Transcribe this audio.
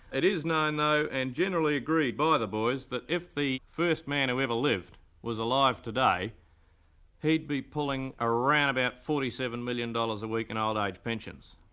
it is known though and generally agreed by the boys, that if the first man who ever lived was alive today he'd be pulling around about forty seven million dollars a week in old age pensions.